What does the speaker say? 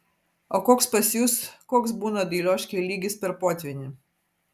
o koks pas jus koks būna dailioškėj lygis per potvynį